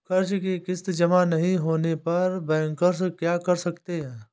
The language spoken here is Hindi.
कर्ज कि किश्त जमा नहीं होने पर बैंकर क्या कर सकते हैं?